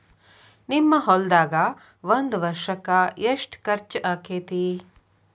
ನಿಮ್ಮ ಹೊಲ್ದಾಗ ಒಂದ್ ವರ್ಷಕ್ಕ ಎಷ್ಟ ಖರ್ಚ್ ಆಕ್ಕೆತಿ?